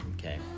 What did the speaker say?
Okay